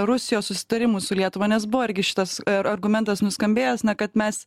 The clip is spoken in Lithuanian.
rusijos susitarimų su lietuva nes buvo irgi šitas argumentas nuskambėjęs na kad mes